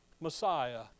Messiah